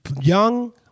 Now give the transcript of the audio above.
young